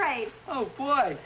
right oh boy